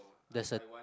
there's a